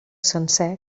sencer